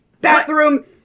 bathroom